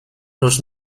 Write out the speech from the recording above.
los